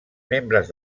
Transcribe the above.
membres